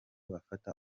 bafata